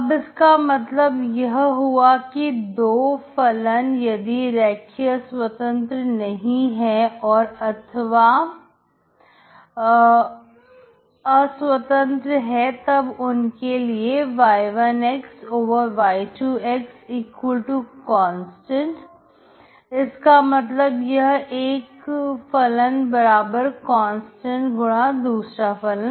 अब इसका मतलब यह हुआ कि दो फलन यदि रेखीय स्वतंत्र नहीं है अथवा और अस्वतंत्र है तब उनके लिए y1y2 constant इसका मतलब एक फलन बराबर कांस्टेंट गुना दूसरा फलन